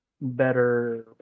Better